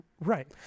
Right